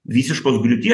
visiškos griūties